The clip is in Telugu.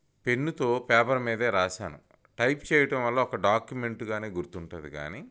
పెన్నుతో పేపర్ మీదే రాశాను టైప్ చేయటం వల్ల ఒక డాక్యుమెంట్ గానే గుర్తుంటుంది గానీ